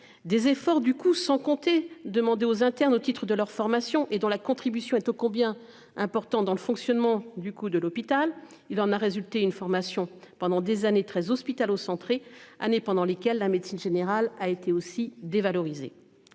des efforts du coup sans compter demander aux internes au titre de leur formation et dont la contribution est oh combien important dans le fonctionnement du coup de l'hôpital, il en a résulté une formation pendant des années très hospitalo-centrée années pendant lesquelles la médecine générale a été aussi dévalorisée.